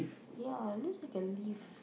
ya looks like a leaf